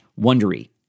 Wondery